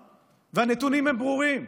כמשרד התרבות והספורט, על העניין הזה